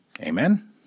Amen